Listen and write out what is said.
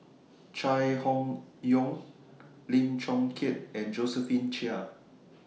Chai Hon Yoong Lim Chong Keat and Josephine Chia